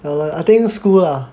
well I think school lah